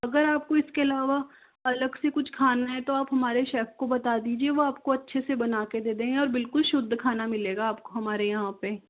अगर आपको इसके अलावा अलग से कुछ खाना है तो आप हमारे शेफ को बता दीजिए वो आपको अच्छे से बना कर दे देंगे और बिल्कुल शुद्ध खाना मिलेगा आपको हमारे यहाँ पर